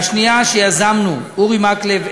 והשנייה שיזמנו אורי מקלב,